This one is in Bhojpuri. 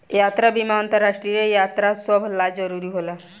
यात्रा बीमा अंतरराष्ट्रीय यात्री सभ ला जरुरी होला